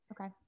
Okay